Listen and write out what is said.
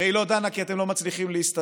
הרי היא לא דנה כי אתם לא מצליחים להסתדר